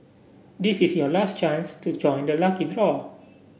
this is your last chance to join the lucky draw